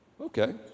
Okay